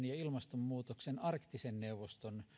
ja ilmastonmuutoksen arktisen neuvoston